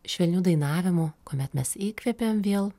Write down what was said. švelniu dainavimu kuomet mes įkvepiam vėl